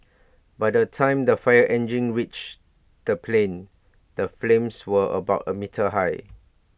by the time the fire engines reach the plane the flames were about A metre high